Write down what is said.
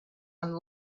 and